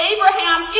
Abraham